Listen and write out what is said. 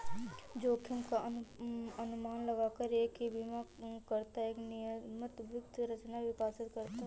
जोखिम का अनुमान लगाकर एक बीमाकर्ता एक नियमित वित्त संरचना विकसित करता है